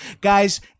Guys